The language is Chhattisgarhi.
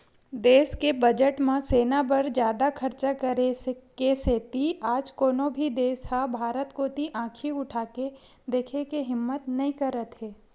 देस के बजट म सेना बर जादा खरचा करे के सेती आज कोनो भी देस ह भारत कोती आंखी उठाके देखे के हिम्मत नइ करत हे